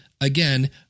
again